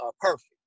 perfect